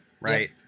right